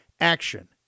Action